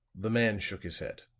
the man shook his head.